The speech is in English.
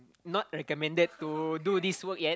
not recommended to do this work yet